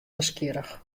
nijsgjirrich